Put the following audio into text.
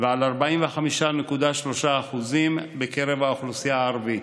ועל 45.3% בקרב האוכלוסייה הערבית.